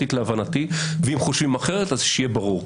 להבנתי ואם חושבים אחרת, אז שיהיה ברור.